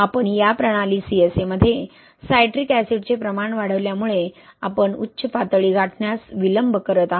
आपण या प्रणाली CSA मध्ये सायट्रिक ऍसिडचे प्रमाण वाढवल्यामुळे आपण उच्च पातळी गाठण्यास विलंब करत आहात